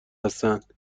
هستند